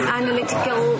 analytical